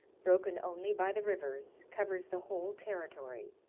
broken only by the rivers, covers the whole territory,